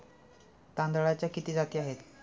तांदळाच्या किती जाती आहेत?